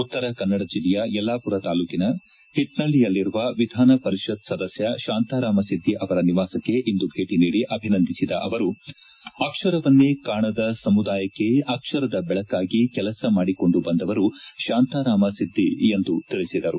ಉತ್ತರ ಕನ್ನಡ ಜಿಲ್ಲೆಯ ಯಲ್ಲಾಮರ ತಾಲೂಕಿನ ಹಿಕ್ಲಳ್ಳಿಯಲ್ಲಿರುವ ವಿಧಾನ ಪರಿಷತ್ ಸದಸ್ಯ ಶಾಂತಾರಾಮ ಸಿದ್ದಿ ಅವರ ನಿವಾಸಕ್ಕೆ ಇಂದು ಭೇಟಿ ನೀಡಿ ಅಭಿನಂದಿಸಿದ ಅವರು ಅಕ್ಷರವನ್ನೇ ಕಾಣದ ಸಮುದಾಯಕ್ಕೆ ಅಕ್ಷರದ ಬೆಳಕಾಗಿ ಕೆಲಸ ಮಾಡಿಕೊಂಡು ಬಂದವರು ಶಾಂತಾರಾಮ ಸಿದ್ದಿ ಎಂದು ತಿಳಿಸಿದರು